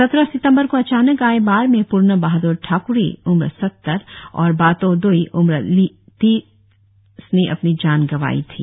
सत्रह सितंबर को अचानक आए बाढ़ में पूर्णो बहाद्र ठाक्री उम्र सत्तर और बातो दोई उम्र लीस ने अपनी जान गवाई थी